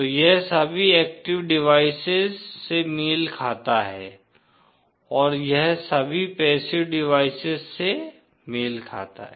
तो यह सभी एक्टिव डिवाइसेस से मेल खाता है और यह सभी पैसिव डिवाइसेस से मेल खाता है